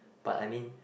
but I mean